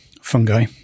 fungi